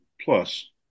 plus